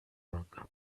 rug